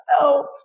No